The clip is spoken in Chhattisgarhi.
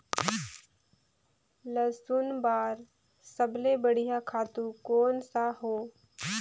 लसुन बार सबले बढ़िया खातु कोन सा हो?